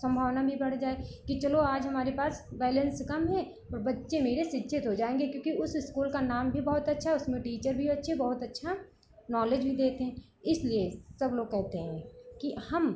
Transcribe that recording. संभावना भी बढ़ जाए कि चलो आज हमारे पास बैलेंस कम है पर बच्चे मेरे शिक्षित हो जाएँगे क्योंकि उस इस्कूल का नाम भी बहुत अच्छा है उसमें टीचर भी अच्छे बहुत अच्छा नॉलेज भी देते हैं इसलिए सब लोग कहते हैं कि हम